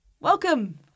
Welcome